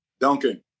Duncan